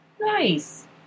Nice